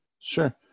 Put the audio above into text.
Sure